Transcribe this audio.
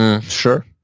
Sure